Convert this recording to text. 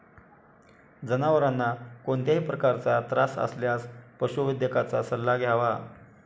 जनावरांना कोणत्याही प्रकारचा त्रास असल्यास पशुवैद्यकाचा सल्ला घ्यावा